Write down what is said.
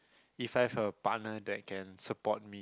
if I have a partner that can support me